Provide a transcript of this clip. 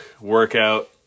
workout